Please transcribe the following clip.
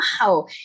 wow